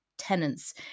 tenants